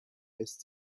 lässt